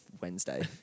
Wednesday